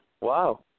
Wow